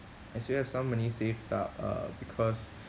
I still have some money saved up uh because